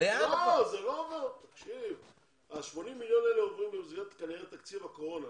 ה-80 מיליון האלה עוברים כנראה לתקציב הקורונה,